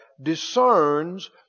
discerns